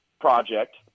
project